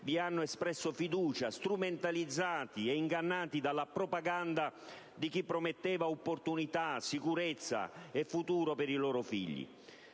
vi hanno espresso fiducia, strumentalizzati ed ingannati dalla propaganda di chi prometteva opportunità, sicurezza e futuro per i loro figli.